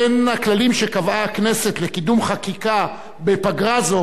בין הכללים שקבעה הכנסת לקידום חקיקה בפגרה הזאת,